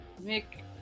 Nick